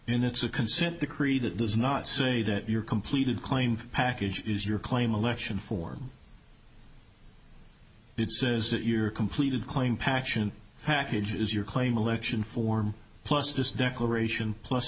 in it's a consent decree that does not say that your completed claim package is your claim election for it says that your completed claim patchen packages your claim election form plus this declaration plus